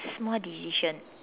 small decision